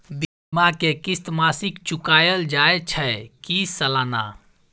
बीमा के किस्त मासिक चुकायल जाए छै की सालाना?